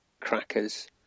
crackers